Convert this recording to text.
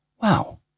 Wow